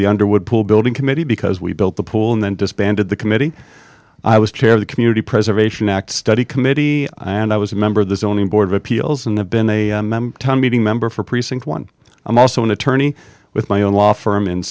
the underwood pool building committee because we built the pool and then disbanded the committee i was chair of the community preservation act study committee and i was a member of the zoning board of appeals and the been a member time beating member for precinct one i'm also an attorney with my own law firm i